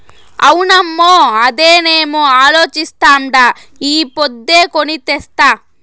అవునమ్మో, అదేనేమో అలోచిస్తాండా ఈ పొద్దే కొని తెస్తా